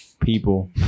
people